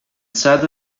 sad